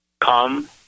Come